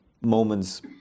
moments